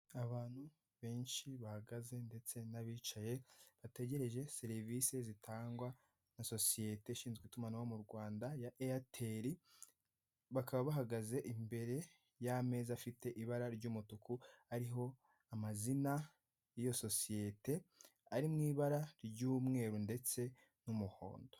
Abantu benshi bahagaze ndetse n'abicaye bategereje serivisi zitangwa na sosiyete ishinzwe itumanaho mu Rwanda ya airtel bakaba bahagaze imbere y'ameza afite ibara ry'umutuku ariho amazina yiyo sosiyete ari mu ibara ry'umweru ndetse n'umuhondo.